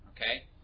Okay